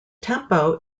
tempo